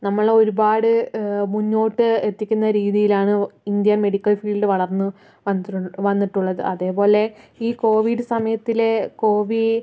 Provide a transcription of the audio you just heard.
നമ്മള് ഒരുപാട് മുന്നോട്ട് എത്തിക്കുന്ന രീതിയിലാണ് ഇന്ത്യൻ മെഡിക്കൽ ഫീൽഡ് വളർന്നു വന്നിട്ടുള്ളത് അതേപോലെ ഈ കോവിഡ് സമയത്തിലെ